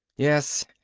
yes,